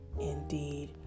indeed